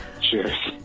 Cheers